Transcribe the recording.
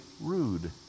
rude